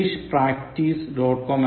com എന്നാണ്